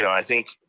i think